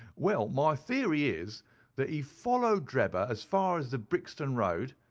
well, my theory is that he followed drebber as far as the brixton road.